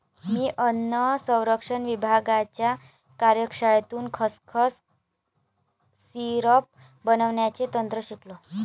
मी अन्न संरक्षण विभागाच्या कार्यशाळेतून खसखस सिरप बनवण्याचे तंत्र शिकलो